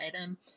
item